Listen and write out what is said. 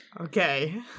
Okay